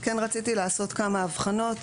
כן רציתי לעשות כמה הבחנות,